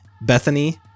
Bethany